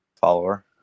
follower